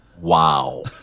Wow